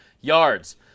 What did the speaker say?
Yards